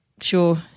sure